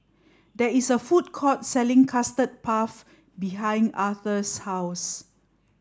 there is a food court selling custard puff behind Arther's house